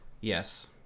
Yes